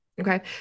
Okay